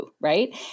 right